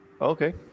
Okay